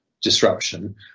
disruption